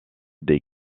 des